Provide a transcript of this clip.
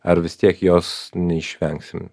ar vis tiek jos neišvengsim